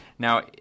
Now